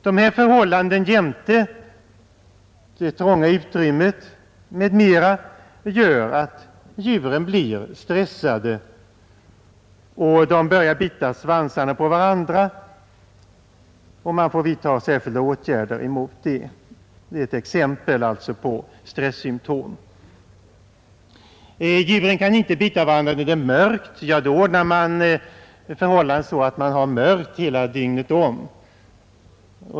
Dessa förhållanden jämte det trånga utrymmet m.m. gör att djuren blir stressade, vilket kan ta sig uttryck i att de börjar bita svansarna på varandra, och man får vidta särskilda åtgärder mot det. Det är alltså ett exempel på stressymtom. Djuren kan inte bita varandra när det är mörkt. Därför ordnar man förhållandena så att det är mörkt dygnet om.